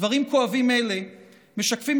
דברים כואבים אלה משקפים,